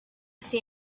see